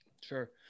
Sure